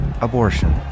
Abortion